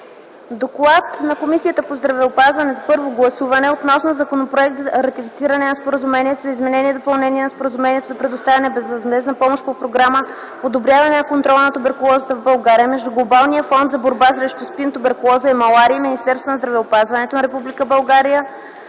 „ДОКЛАД на Комисията по здравеопазването относно Законопроект за ратифициране на Споразумението за изменение и допълнение на Споразумението за предоставяне на безвъзмездна помощ по Програма „Подобряване на контрола на туберкулозата в България” между Глобалния фонд за борба срещу СПИН, туберкулоза и малария и Министерството на здравеопазването на Република